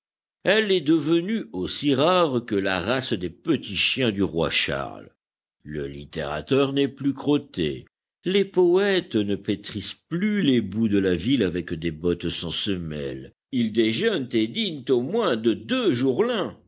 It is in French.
elle est devenue aussi rare que la race des petits chiens du roi charles le littérateur n'est plus crotté les poëtes ne pétrissent plus les boues de la ville avec des bottes sans semelle ils déjeunent et dînent au moins de deux jours l'un